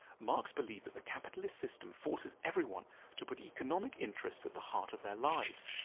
marx believed that the capitalist system forces everyone to put economic interests at the heart of their lives,